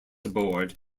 aboard